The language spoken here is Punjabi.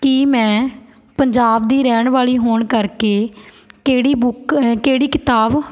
ਕਿ ਮੈਂ ਪੰਜਾਬ ਦੀ ਰਹਿਣ ਵਾਲੀ ਹੋਣ ਕਰਕੇ ਕਿਹੜੀ ਬੁੱਕ ਅ ਕਿਹੜੀ ਕਿਤਾਬ